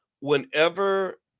whenever